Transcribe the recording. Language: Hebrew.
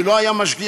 כי לא היה משגיח.